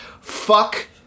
Fuck